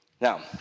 Now